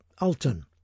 Alton